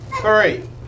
three